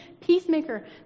peacemaker